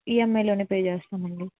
ఈఎంఐలోనే pay చేస్తామండి